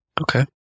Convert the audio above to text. Okay